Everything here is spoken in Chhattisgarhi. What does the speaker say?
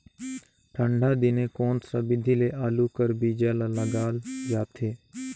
ठंडा दिने कोन सा विधि ले आलू कर बीजा ल लगाल जाथे?